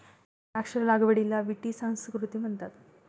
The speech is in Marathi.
द्राक्ष लागवडीला विटी संस्कृती म्हणतात